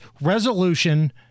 resolution